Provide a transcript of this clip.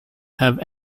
have